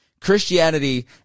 Christianity